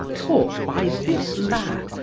taught by this lad,